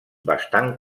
bastant